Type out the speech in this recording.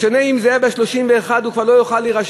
בשונה, אם זה יהיה ב-31, הוא כבר לא יכול להירשם.